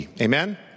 Amen